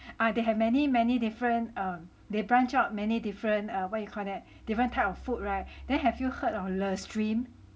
ah they have many many different um they branch out many different err what you call that different type of food [right] then have you heard of Le Shrimp